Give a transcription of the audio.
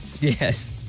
Yes